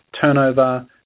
turnover